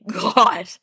God